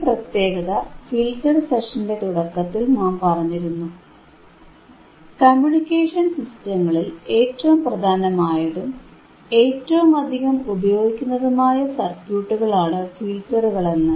ഈ പ്രത്യേക ഫിൽറ്റർ സെഷന്റെ തുടക്കത്തിൽ നാം പറഞ്ഞിരുന്നു കമ്മ്യൂണിക്കേഷൻ സിസ്റ്റങ്ങളിൽ ഏറ്റവും പ്രധാനമായതും ഏറ്റവുമധികം ഉപയോഗിക്കുന്നതുമായ സർക്യൂട്ടുകളാണ് ഫിൽറ്ററുകളെന്ന്